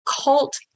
Cult